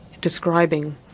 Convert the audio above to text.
describing